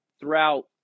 throughout